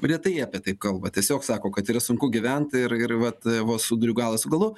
retai apie tai kalba tiesiog sako kad yra sunku gyvent ir ir vat vos suduriu galą su galu